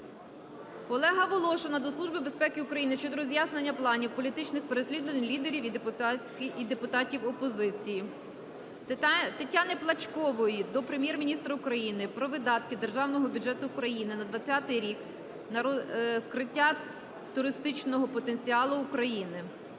безпеки України щодо роз'яснення планів політичних переслідувань лідерів і депутатів опозиції. Тетяни Плачкової до Прем'єр-міністра України про видатки Державного бюджету України на 20-й рік на розкриття туристичного потенціалу України.